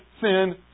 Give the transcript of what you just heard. sin